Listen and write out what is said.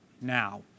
now